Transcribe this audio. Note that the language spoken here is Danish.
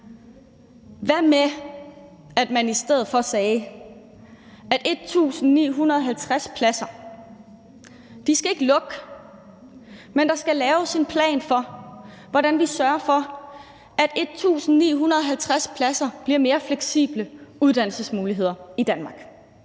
Hvad med, at man i stedet for sagde, at de 1.950 pladser ikke skal lukke, men at der skal laves en plan for, hvordan vi sørger for, at 1.950 pladser bliver til mere fleksible uddannelsesmuligheder i Danmark?